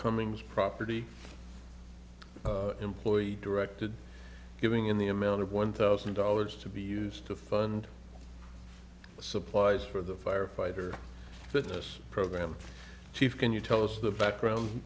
cummings property employee directed giving in the amount of one thousand dollars to be used to fund supplies for the firefighter fitness program chief can you tell us the background